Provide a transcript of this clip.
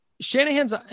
Shanahan's